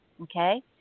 okay